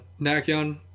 Nakion